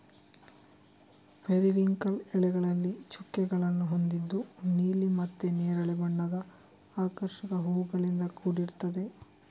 periwinkle ಎಲೆಗಳಲ್ಲಿ ಚುಕ್ಕೆಗಳನ್ನ ಹೊಂದಿದ್ದು ನೀಲಿ ಮತ್ತೆ ನೇರಳೆ ಬಣ್ಣದ ಆಕರ್ಷಕ ಹೂವುಗಳಿಂದ ಕೂಡಿರ್ತದೆ